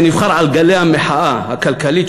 שנבחר על גלי המחאה הכלכלית,